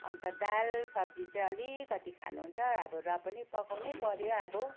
अन्त दाल सब्जी चाहिँ अलिकति खानु हुन्छ र पनि पकाउनै पऱ्यो अब